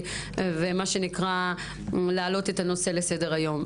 ומה שנקרא להעלות את הנושא לסדר היום.